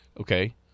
okay